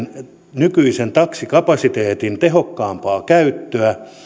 nykyisen taksikapasiteetin tehokkaampaa käyttöä